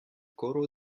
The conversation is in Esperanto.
koro